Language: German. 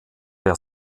der